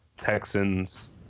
Texans